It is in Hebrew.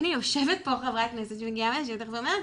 הנה, יושבת פה חברת כנסת שמגיעה מהשטח ואומרת